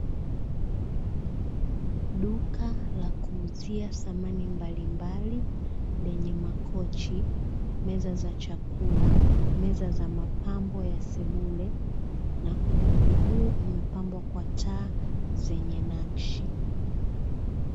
Duka la kuuzia samani mbalimbali lenye makochi, meza za chakula, meza za mapambo ya sebule na ukumbi huu umepambwa kwa taa zenye nakshi.